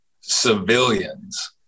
civilians